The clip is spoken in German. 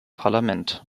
parlament